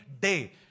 day